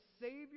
savior